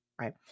right